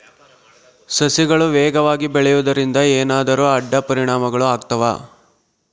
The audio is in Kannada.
ಸಸಿಗಳು ವೇಗವಾಗಿ ಬೆಳೆಯುವದರಿಂದ ಏನಾದರೂ ಅಡ್ಡ ಪರಿಣಾಮಗಳು ಆಗ್ತವಾ?